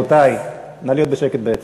רבותי, נא להיות בשקט ביציע,